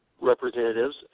representatives